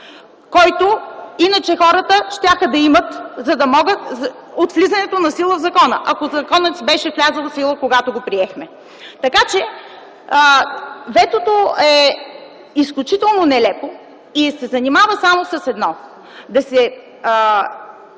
който иначе хората щяха да имат от влизането в сила на закона – ако законът си беше влязъл в сила, когато го приехме. Така че ветото е изключително нелепо и се занимава само с едно –